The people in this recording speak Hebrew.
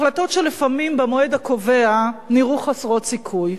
החלטות שלפעמים במועד הקובע נראו חסרות סיכוי.